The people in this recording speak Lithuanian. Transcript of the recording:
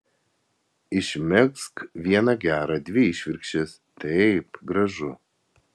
išmegzk vieną gerą dvi išvirkščias taip gražu